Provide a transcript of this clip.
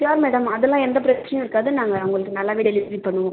sure madam அதெல்லாம் எந்த பிரச்சினையும் இருக்காது நாங்கள் உங்களுக்கு நல்லாவே டெலிவரி பண்ணுவோம்